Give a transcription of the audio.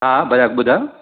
हा भले ॿुधायो